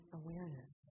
awareness